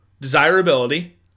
desirability